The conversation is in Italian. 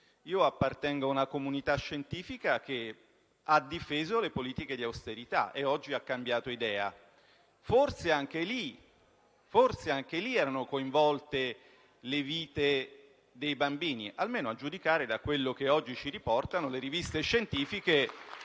io appartengo a una comunità scientifica che ha difeso le politiche di austerità e che oggi ha cambiato idea. Forse anche lì erano coinvolte le vite dei bambini, almeno a giudicare da quello che oggi riportano le riviste scientifiche